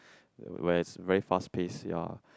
where is very fast pace ya